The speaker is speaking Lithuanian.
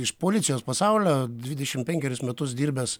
iš policijos pasaulio dvidešim penkerius metus dirbęs